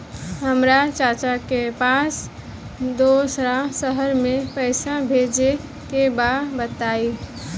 हमरा चाचा के पास दोसरा शहर में पईसा भेजे के बा बताई?